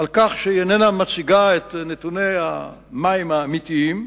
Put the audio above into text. על כך שהיא איננה מציגה את נתוני המים האמיתיים,